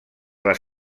les